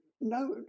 no